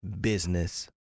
business